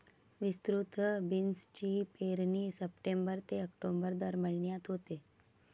विस्तृत बीन्सची पेरणी सप्टेंबर ते ऑक्टोबर दरम्यान होते